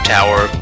Tower